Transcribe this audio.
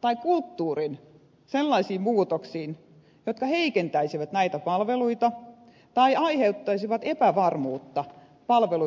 tai kulttuurin sellaisiin muutoksiin jotka heikentäisivät näitä palveluita tai aiheuttaisivat epävarmuutta palveluita tarvitseville